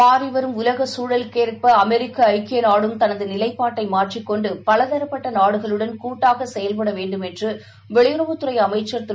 மாறிவரும் உலகசூழலுக்கேற்ப அமெரிக்கஐக்கியநாடும் தனதுநிலைப்பாட்டைமாற்றிக்கொண்டுபலதரப்பட்டநாடுகளுடன் கூட்டாகசெயல்படவேண்டும் என்றுவெளியுறவுத் துறைஅமைச்சர் திரு